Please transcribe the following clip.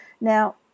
Now